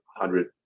hundred